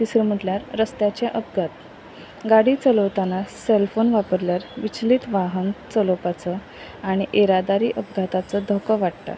तिसरें म्हटल्यार रस्त्याचे अपघात गाडी चलोवतना सेलफोन वापरल्यार विचलित वाहन चलोपाचो आनी येरादारी अपघाताचो धोको वाडटा